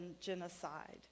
genocide